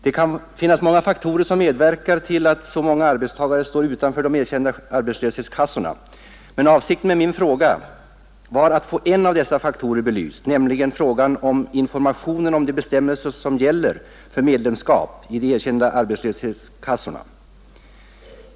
Det kan finnas många faktorer som medverkar till att så många arbetstagare står utanför de erkända arbetslöshetskassorna, men avsikten med min fråga var att få en av dessa faktorer belyst, nämligen frågan om informationen om de bestämmelser som gäller för medlemskap i de erkända arbetslöshetskassorna.